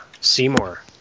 seymour